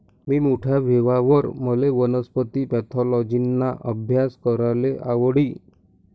मी मोठा व्हवावर माले वनस्पती पॅथॉलॉजिना आभ्यास कराले आवडी